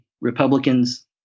Republicans